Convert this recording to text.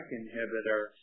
inhibitor